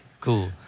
Cool